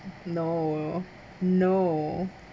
no no